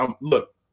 look